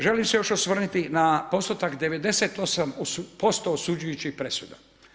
Želim se još osvrnuti na postotak 98% osuđujućih presuda.